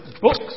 books